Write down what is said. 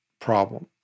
problem